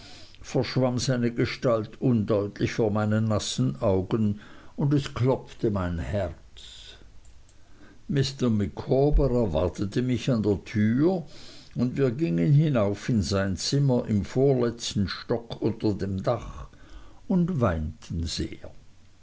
verschwamm seine gestalt undeutlich vor meinen nassen augen und es klopfte mir das herz mr micawber erwartete mich an der tür und wir gingen hinauf in sein zimmer im vorletzten stock unter dem dach und weinten sehr